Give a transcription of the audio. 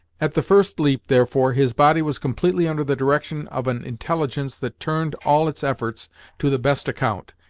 at the first leap, therefore, his body was completely under the direction of an intelligence that turned all its efforts to the best account,